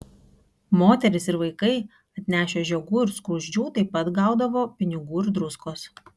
moterys ir vaikai atnešę žiogų ir skruzdžių taip pat gaudavo pinigų ir druskos